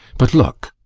but, look!